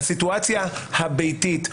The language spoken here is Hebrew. לסיטואציה הביתית,